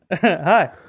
Hi